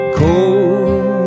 cold